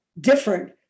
different